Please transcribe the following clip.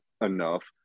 enough